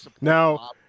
Now